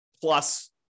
plus